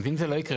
ואם זה לא יקרה,